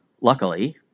Luckily